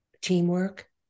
teamwork